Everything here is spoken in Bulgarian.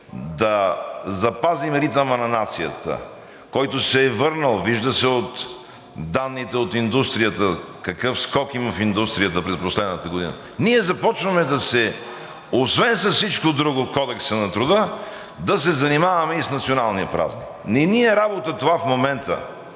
да запазим ритъма на нацията, който се е върнал – вижда се от данните от индустрията какъв скок има в индустрията през последната година, ние започваме, освен с всичко друго в Кодекса на труда, да се занимаваме и с националния празник. Не ни е работа това в момента!